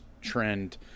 trend